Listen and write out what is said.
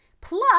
plus